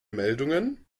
meldungen